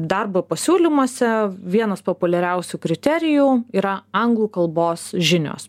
darbo pasiūlymuose vienas populiariausių kriterijų yra anglų kalbos žinios